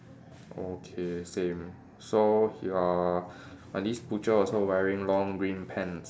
okay same so your at least butcher also wearing long green pants